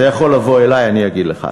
אתה יכול לבוא אלי, אני אגיד לך.